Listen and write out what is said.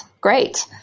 Great